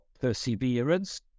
perseverance